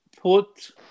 put